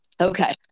Okay